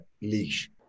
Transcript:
Leash